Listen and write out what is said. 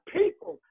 people